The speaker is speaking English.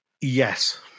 Yes